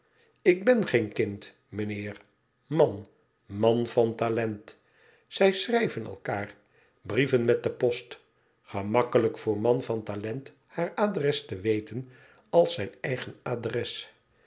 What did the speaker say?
ik ben geen kind meheer man man van talent zij schrijven elkaar brieven met de post gemakkelijk voor man van talent haar adres te weten als zijn eigen adres